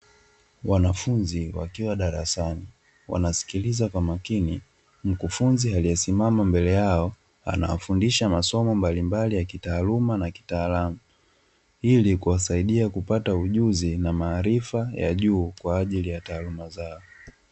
Wanafunzi wakiwa darasani. Wanasikiliza kwa makini mkufunzi aliyesimama mbele yao anawafundisha masomo mbali mbali ya kitaaluma na kitaalamu ili kuwasaidia kupata ujuzi na maarifa ya juu kwa ajili ya taaluma zao.